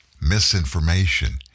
misinformation